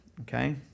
okay